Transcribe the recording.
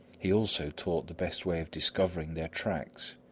he also taught the best way of discovering their tracks,